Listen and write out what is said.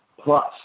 plus